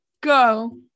go